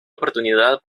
oportunidad